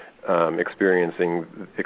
Experiencing